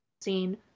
scene